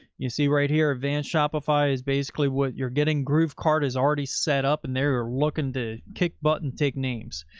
you see right here at van shopify is basically what you're getting groovekart is already set up and they are looking to kick button take names.